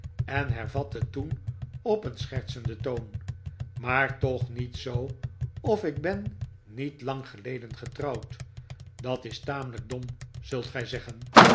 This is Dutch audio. en hervatte toen op een schertsenden toon maar toch niet zoo of ik ben niet lang geleden getrouwd dat is tamelijk dom zult gij zeggen